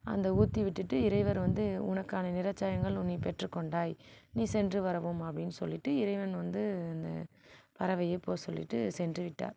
அந்த ஊற்றி விட்டுட்டு இறைவர் வந்து உனக்கான நிற சாயங்கள் நீ பெற்று கொண்டாய் நீ சென்று வரவும் அப்டின்னு சொல்லிட்டு இறைவன் வந்து அந்த பறவையை போ சொல்லிட்டு சென்று விட்டார்